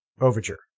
Overture